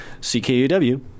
CKUW